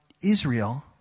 Israel